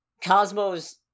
Cosmo's